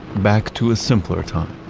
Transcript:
back to a simpler time.